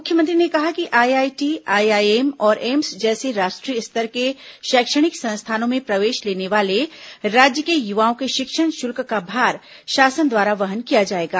मुख्यमंत्री ने कहा कि आईआईटी आईआईएम और एम्स जैसे राष्ट्रीय स्तर के शैक्षणिक संस्थानों में प्रवेष लेने वाले राज्य के युवाओं के षिक्षण शुल्क का भार शासन द्वारा वहन किया जायेगा